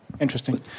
Interesting